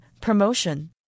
promotion